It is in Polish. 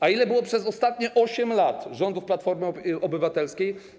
A ile było przez ostatnie 8 lat rządów Platformy Obywatelskiej?